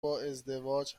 ازدواج